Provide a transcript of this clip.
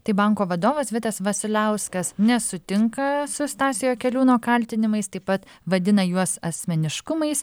tai banko vadovas vitas vasiliauskas nesutinka su stasio jakeliūno kaltinimais taip pat vadina juos asmeniškumais